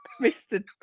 Mr